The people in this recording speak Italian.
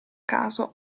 caso